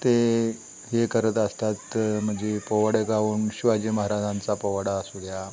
ते हे करत असतात म्हणजे पोवडे गाऊन शिवाजी महाराजांचा पोवाडा असू घ्या